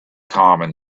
common